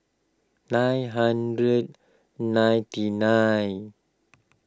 nine hundred ninety nine